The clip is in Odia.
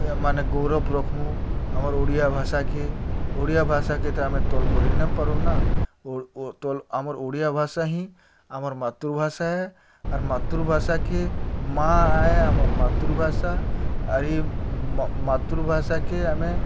ମାନେ ଗୌରବ ରଖମୁ ଆମର୍ ଓଡ଼ିଆ ଭାଷାକେ ଓଡ଼ିଆ ଭାଷା କେତେ ଆମେ ତଲ କରିନ ପାରୁନା ଆମର୍ ଓଡ଼ିଆ ଭାଷା ହେ ଆମର୍ ମାତୃଭାଷା ଆର୍ ମାତୃଭାଷାକେ ମା' ଆମର୍ ମାତୃଭାଷା ଆରି ମାତୃଭାଷାକେ ଆମେ